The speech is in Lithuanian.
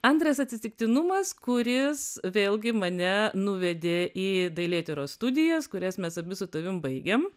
antras atsitiktinumas kuris vėlgi mane nuvedė į dailėtyros studijas kurias mes abi su tavim baigėm